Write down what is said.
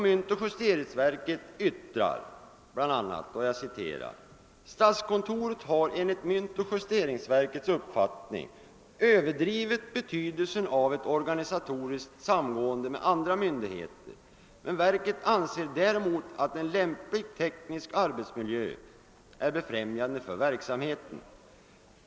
Myntoch justeringsverket yttrar bl.a.: »Statskontoret har enligt myntoch justeringsverkets uppfattning överdrivit betydelsen av ett organisatoriskt samgående med andra myndigheter, men verket anser däremot att en lämplig teknisk arbetsmiljö är befrämjande för verksamheten.